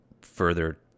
further